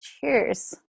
Cheers